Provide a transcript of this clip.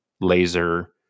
laser